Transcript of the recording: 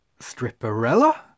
Stripperella